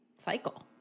cycle